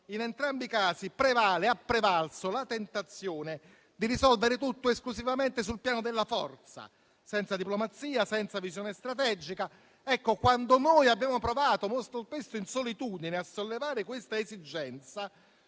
in entrambi i casi prevale e ha prevalso la tentazione di risolvere tutto esclusivamente sul piano della forza, senza diplomazia, senza visione strategica. Quando noi abbiamo provato, molto spesso in solitudine, a sollevare questa esigenza,